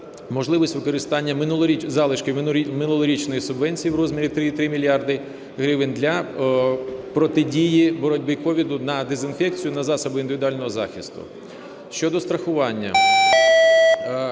можливість використання залишків минулорічної субвенції в розмірі 3,3 мільярда гривень для протидії боротьби з COVID: на дезінфекцію, на засоби індивідуального захисту. Щодо страхування.